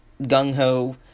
gung-ho